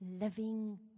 living